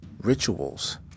Rituals